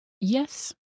Yes